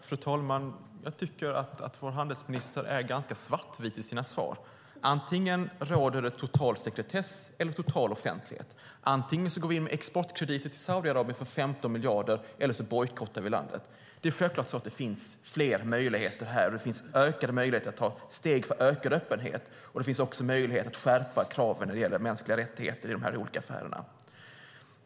Fru talman! Jag tycker att vår handelsministers svar är ganska svartvita. Antingen råder det total sekretess eller total offentlighet. Antingen går vi in med exportkrediter till Saudiarabien för 15 miljarder eller så bojkottar vi landet. Det finns självklart fler möjligheter här, och det finns ökade möjligheter att ta steg för ökad öppenhet. Det finns också möjlighet att skärpa kraven i de här olika affärerna när det gäller mänskliga rättigheter.